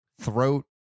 throat